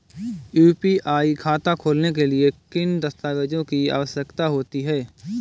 UPI खाता खोलने के लिए किन दस्तावेज़ों की आवश्यकता होती है?